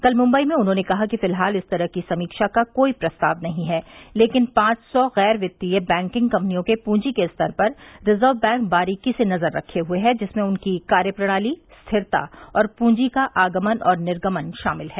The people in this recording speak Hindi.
कल मुंबई में उन्होंने कहा कि फिलहाल इस तरह की समीक्षा का कोई प्रस्ताव नहीं हैं लेकिन पांच सौ गैर वित्तीय बैंकिंग कंपनियों के पूंजी के स्तर पर रिजर्व बैंक बारीकी से नजर रखे हुए हैं जिसमें उनकी कार्यप्रणाली स्थिरता और पूंजी का आगमन और निर्गमन शामिल है